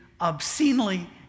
obscenely